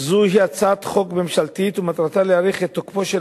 זאת היא הצעת חוק ממשלתית ומטרתה להאריך את תוקפו של